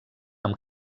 amb